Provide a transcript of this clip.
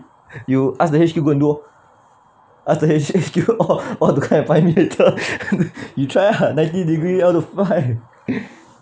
you ask the H_Q go and do lor ask the H_Q all all to come and find me later you try ah ninety degree how to fly